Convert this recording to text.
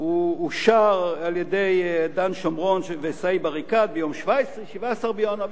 הוא אושר על-ידי דן שומרון וסאיב עריקאת ביום 17 בינואר,